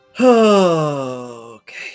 Okay